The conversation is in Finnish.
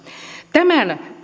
tämän